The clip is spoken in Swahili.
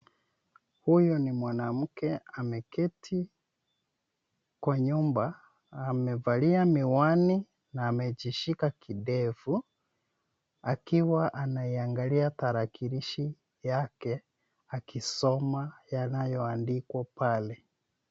Huyu ni mwanamke ameketi kwa nyumba. Amevalia miwani na amejishika kidevu akiwa anaiangalia tarakilishi yake akisoma yanayoandikwa pale.